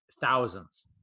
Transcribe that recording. thousands